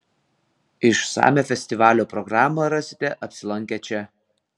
išsamią festivalio programą rasite apsilankę čia